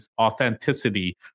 authenticity